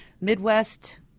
Midwest